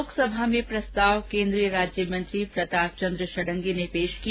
लोकसभा में प्रस्ताव केन्द्रीय राज्य मंत्री प्रताप चन्द्र षडंगी ने पेश किया